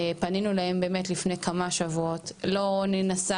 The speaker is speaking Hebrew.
פנינו אליהם לפני כמה שבועות, לא ניסו